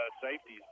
safeties